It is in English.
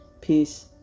Peace